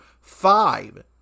five